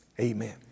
amen